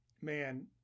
man